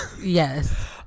yes